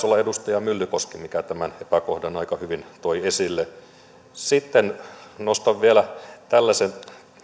olla edustaja myllykoski joka tämän epäkohdan aika hyvin toi esille sitten nostan vielä tällaisen